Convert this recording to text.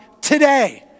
Today